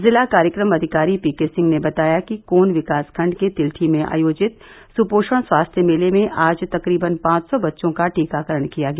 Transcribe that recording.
जिला कार्यक्रम अधिकारी पी के सिंह ने बताया कि कोन विकास खण्ड के तिलठी में आयोजित सुपोषण स्वास्थ्य मेले में आज तकरीबन पांच सौ बच्चों का टीकाकरण किया गया